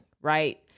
right